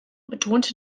betonte